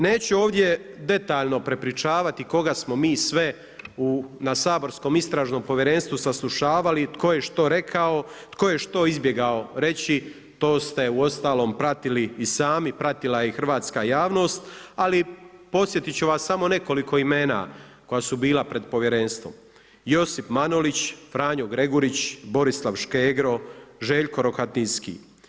Neću ovdje detaljno prepričavati, koga smo mi sve na saborskom Istražnom povjerenstvu saslušavali, tko je što rekao, tko je što izbjegao reći, to ste uostalom pratili i sami, pratila je i hrvatska javnost, ali, podsjetiti ću vas amo nekoliko imena koja su bila pred povjerenstvom, Josip Manulić, Franjo Gregurić, Borislav Škegro, Željko Rohatinski.